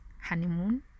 Honeymoon